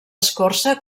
escorça